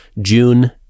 June